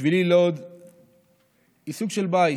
בשבילי לוד היא סוג של בית.